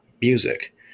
music